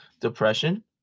depression